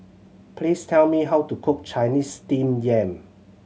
please tell me how to cook Chinese Steamed Yam